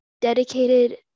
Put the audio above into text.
dedicated